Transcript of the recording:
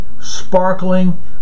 sparkling